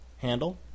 handle